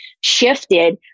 shifted